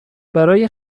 برای